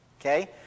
okay